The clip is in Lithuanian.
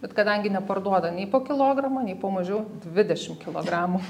bet kadangi neparduoda nei po kilogramą nei po mažiau dvidešim kilogramų